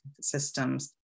systems